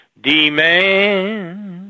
demand